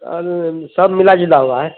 سب ملا جلا ہوا ہے